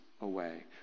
away